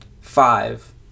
five